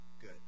good